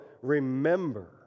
remember